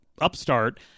upstart